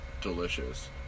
delicious